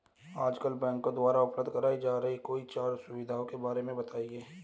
आजकल बैंकों द्वारा उपलब्ध कराई जा रही कोई चार सुविधाओं के बारे में बताइए?